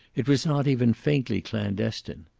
it was not even faintly clandestine.